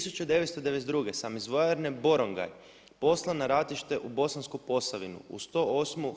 1992. sam iz vojarne Borongaj poslan na ratište u Bosansku Posavinu u 108.